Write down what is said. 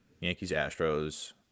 Yankees-Astros